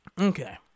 Okay